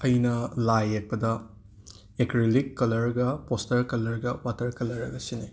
ꯑꯩꯅ ꯂꯥꯏ ꯌꯦꯛꯄꯗ ꯑꯦꯀ꯭ꯔꯦꯂꯤꯛ ꯀꯂꯔꯒ ꯄꯣꯁꯇꯔ ꯀꯂꯔꯒ ꯋꯥꯇꯔ ꯀꯂꯔꯒ ꯁꯤꯖꯤꯟꯅꯩ